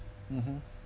mmhmm